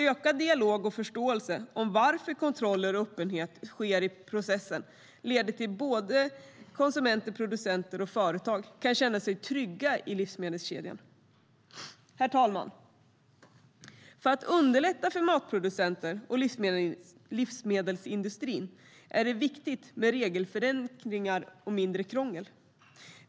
Ökad dialog och förståelse om varför kontroller och öppenhet sker i processen leder till att såväl konsumenter som producenter och företag kan känna sig trygga i livsmedelskedjan. Herr talman! För att underlätta för matproducenter och livsmedelsindustrin är det viktigt med regelförenklingar och mindre krångel.